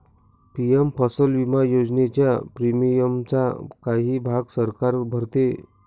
PM फसल विमा योजनेच्या प्रीमियमचा काही भाग सरकार भरते